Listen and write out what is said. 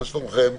מה שלומכם?